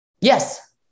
Yes